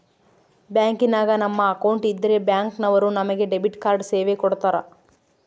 ಬ್ಯಾಂಕಿನಾಗ ನಮ್ಮ ಅಕೌಂಟ್ ಇದ್ರೆ ಬ್ಯಾಂಕ್ ನವರು ನಮಗೆ ಡೆಬಿಟ್ ಕಾರ್ಡ್ ಸೇವೆ ಕೊಡ್ತರ